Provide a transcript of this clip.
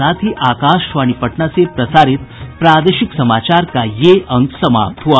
इसके साथ ही आकाशवाणी पटना से प्रसारित प्रादेशिक समाचार का ये अंक समाप्त हुआ